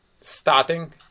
starting